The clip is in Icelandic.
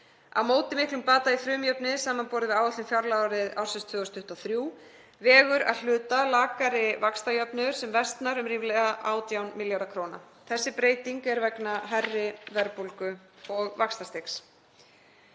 Á móti miklum bata í frumjöfnuði samanborið við áætlun fjárlaga ársins 2023 vegur að hluta lakari vaxtajöfnuður sem versnar um ríflega 18 milljarða kr. Þessi breyting er vegna hærri verðbólgu og vaxtastigs.